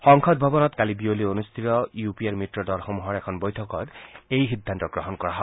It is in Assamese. সংসদ ভৱনত কালি বিয়লি অনুষ্ঠিত ইউ পি এৰ মিত্ৰ দলসমূহৰ এখন বৈঠকত এই সিদ্ধান্ত গ্ৰহণ কৰা হয়